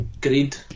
greed